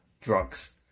drugs